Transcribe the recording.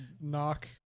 knock